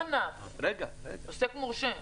לאחר המצב הקיים מה אנחנו מקווים שיהיה.